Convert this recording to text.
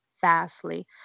fastly